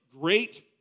great